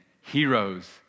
heroes